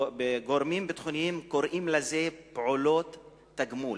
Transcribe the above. גורמים ביטחוניים קוראים לזה "פעולות תגמול".